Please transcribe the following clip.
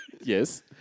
Yes